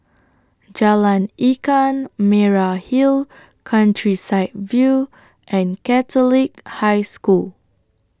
Jalan Lkan Merah Hill Countryside View and Catholic High School